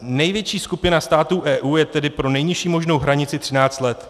Největší skupina států EU je tedy pro nejnižší možnou hranici 13 let.